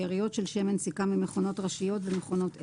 שאריות של שמן סיכה ממכונות ראשיות ומכונות עזר,